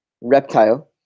reptile